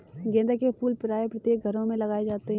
गेंदा के फूल प्रायः प्रत्येक घरों में लगाए जाते हैं